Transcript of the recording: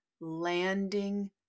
landing